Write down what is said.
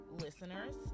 listeners